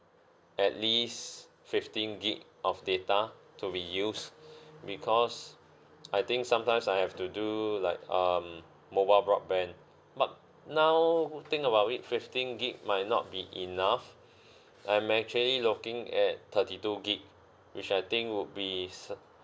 at least fifteen gig of data to be used because I think sometimes I have to do like um mobile broadband but now think about it fifteen gig might not be enough I'm actually looking at thirty two gig which I think would be suf~